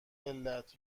علت